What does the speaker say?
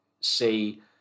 see